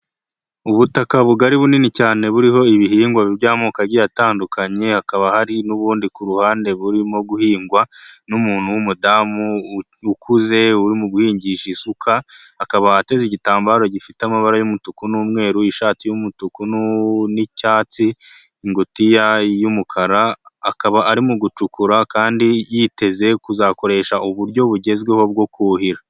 Ubutaka bugari bunini cyane buriho ibihingwa by'amoko agiye atandukanye, hakaba hari n'ubundi ku ruhande burimo guhingwa n'umuntu w'umudamu ukuze urimo guhingisha isuka, akaba ateze igitambaro gifite amabara y'umutuku n'umweru, ishati y'umutuku n'icyatsi, ingutiya y'umukara. Akaba arimo gucukura kandi yiteze kuzakoresha uburyo bugezweho bwo kuhira.